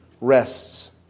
rests